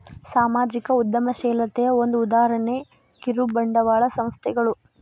ಸಾಮಾಜಿಕ ಉದ್ಯಮಶೇಲತೆಯ ಒಂದ ಉದಾಹರಣೆ ಕಿರುಬಂಡವಾಳ ಸಂಸ್ಥೆಗಳು